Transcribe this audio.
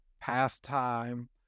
pastime